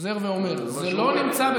זה נמצא בעדיפות העליונה?